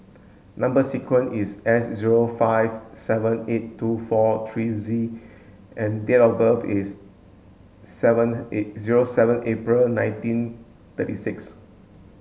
number sequence is S zero five seven eight two four three Z and date of birth is seven zero seven April nineteen thirty six